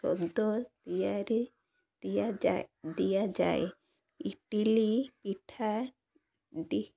ଔଷଧ ତିଆରି ଦିଆଯାଏ ଦିଆଯାଏ ଇଟିଲି ପିଠା ବି